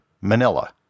Manila